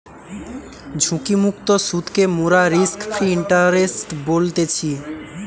ঝুঁকিমুক্ত সুদকে মোরা রিস্ক ফ্রি ইন্টারেস্ট বলতেছি